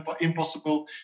impossible